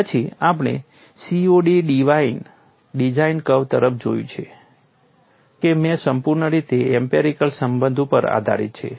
પછી આપણે COD design curve તરફ જોયું મેં કહ્યું કે તે સંપૂર્ણ રીતે એમ્પિરિકલ સંબંધ ઉપર આધારિત છે